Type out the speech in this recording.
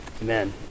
Amen